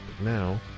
now